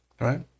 right